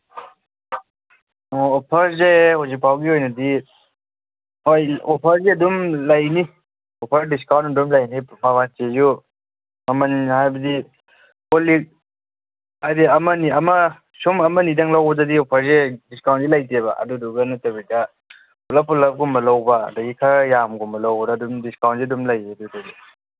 ꯑꯣꯐꯔꯁꯦ ꯍꯧꯖꯤꯛ ꯐꯥꯎꯕꯒꯤ ꯑꯣꯏꯅꯗꯤ ꯍꯣꯏ ꯑꯣꯐꯔꯁꯦ ꯑꯗꯨꯝ ꯂꯩꯅꯤ ꯑꯣꯐꯔ ꯗꯤꯁꯀꯥꯎꯟ ꯑꯗꯨꯝ ꯂꯩꯅꯤ ꯃꯃꯟ ꯍꯥꯏꯕꯗꯤ ꯀꯣꯜ ꯂꯤꯛ ꯍꯥꯏꯕꯗꯤ ꯑꯃꯅꯤ ꯁꯨꯝ ꯑꯃꯅꯤꯗꯪ ꯂꯧꯕꯗꯗꯤ ꯑꯣꯐꯔꯁꯦ ꯗꯤꯁꯀꯥꯎꯟꯁꯦ ꯂꯩꯇꯕ ꯑꯗꯨꯗꯨꯒ ꯅꯠꯇꯕꯤꯗ ꯄꯨꯂꯞ ꯄꯨꯂꯞꯀꯨꯝꯕ ꯂꯧꯕ ꯑꯗꯒꯤ ꯈꯔ ꯌꯥꯝꯒꯨꯝꯕ ꯂꯧꯕꯗ ꯑꯗꯨꯝ ꯗꯤꯁꯀꯥꯎꯟꯁꯦ ꯑꯗꯨꯝ ꯂꯩꯕ ꯑꯗꯨꯗꯗꯤ